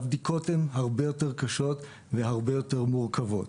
הבדיקות הן הרבה יותר קשות והרבה יותר מורכבות.